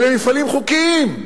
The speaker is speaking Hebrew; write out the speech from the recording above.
אלה מפעלים חוקיים,